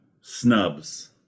Snubs